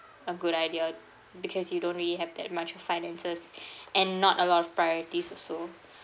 a good idea because you don't really have that much of finances and not a lot of priorities also